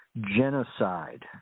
genocide